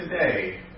today